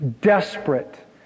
desperate